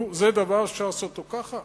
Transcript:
נו, זה דבר שאפשר לעשות אותו ככה?